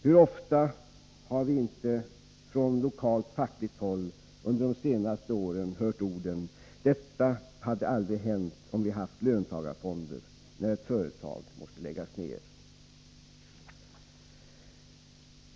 Hur ofta har vi inte från lokalt fackligt håll under de senaste åren hört orden ”detta hade aldrig hänt om vi haft löntagarfonder” när ett företag måste läggas ned.